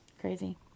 Crazy